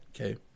Okay